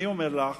אני אומר לך